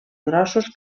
grossos